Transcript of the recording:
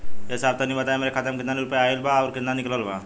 ए साहब तनि बताई हमरे खाता मे कितना केतना रुपया आईल बा अउर कितना निकलल बा?